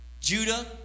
Judah